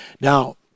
Now